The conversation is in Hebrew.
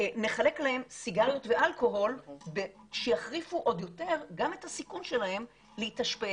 נחלק להם סיגריות ואלכוהול שיחריפו עוד יותר גם את הסיכון שלהם להתאשפז,